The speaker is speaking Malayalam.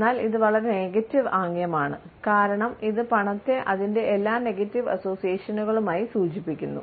എന്നാൽ ഇത് വളരെ നെഗറ്റീവ് ആംഗ്യമാണ് കാരണം ഇത് പണത്തെ അതിന്റെ എല്ലാ നെഗറ്റീവ് അസോസിയേഷനുകളുമായും സൂചിപ്പിക്കുന്നു